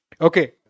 Okay